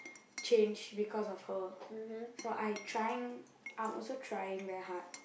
change because of her so I trying I'm also trying very hard